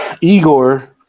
Igor